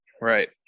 Right